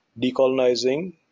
decolonizing